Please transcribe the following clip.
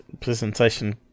presentation